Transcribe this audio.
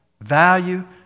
value